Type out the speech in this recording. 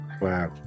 Wow